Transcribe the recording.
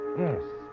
Yes